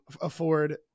afford